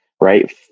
right